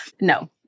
no